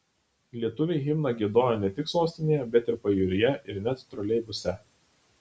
lietuviai himną giedojo ne tik sostinėje bet ir pajūryje ir net troleibuse